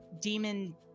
demon